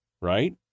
right